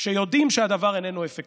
כשיודעים שהדבר איננו אפקטיבי.